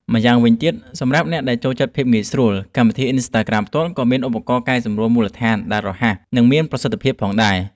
ម្យ៉ាងវិញទៀត សម្រាប់អ្នកដែលចូលចិត្តភាពងាយស្រួល កម្មវិធី អ៊ីនស្តាក្រាម ផ្ទាល់ក៏មានឧបករណ៍កែសម្រួលមូលដ្ឋានដែលរហ័ស និងមានប្រសិទ្ធភាពផងដែរ។